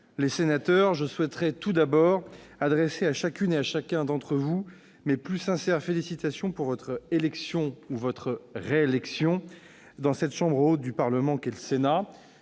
les sénateurs, je souhaite, tout d'abord, adresser à chacune et à chacun d'entre vous mes plus sincères félicitations pour votre élection ou votre réélection dans cette chambre haute du Parlement qu'est le Sénat.